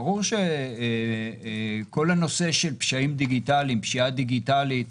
ברור שכל הנושא של פשעים דיגיטליים ופשיעה דיגיטלית,